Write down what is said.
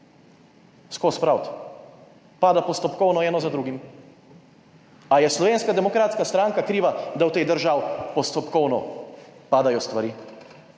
skozi spraviti. Pada postopkovno eno za drugim. Ali je Slovenska demokratska stranka kriva, da v tej državi postopkovno padajo stvari?